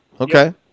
Okay